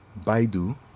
Baidu